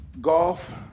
golf